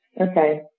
Okay